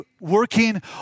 working